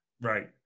Right